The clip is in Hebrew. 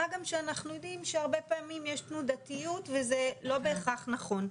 מה גם שאנחנו יודעים שהרבה פעמים יש תנודתיות וזה לא בהכרח נכון.